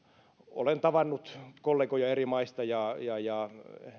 olen tavannut kollegoja eri maista ja ja